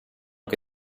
che